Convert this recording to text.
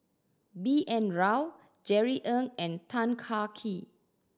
B N Rao Jerry Ng and Tan Kah Kee